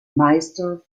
meister